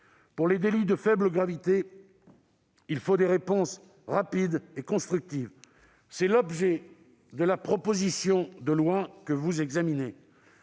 Pour les délits de faible gravité, il faut des réponses rapides et constructives. C'est l'objet de la proposition de loi que vous examinez.